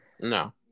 no